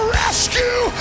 rescue